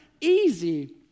easy